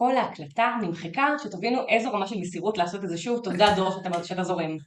כל ההקלטה ממחיקה שתבינו איזו רמה של מסירות לעשות את זה שוב, תודה דור שאתה זורם.